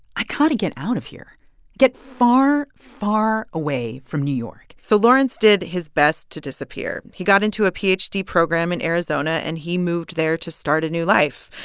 i got to get out of here get far, far away from new york so lawrence did his best to disappear. he got into a ph d. program in arizona, and he moved there to start a new life.